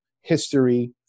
history